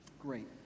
Great